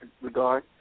regard